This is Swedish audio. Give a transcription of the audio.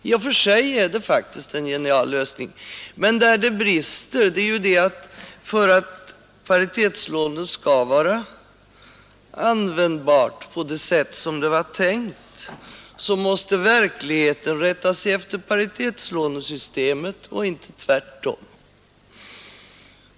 I och för sig är det faktiskt en genial lösning, men den brister däri att för att paritetslånet skall vara användbart på det sätt som det var tänkt måste verkligheten rätta sig efter paritetslånesystemet och inte tvärtom.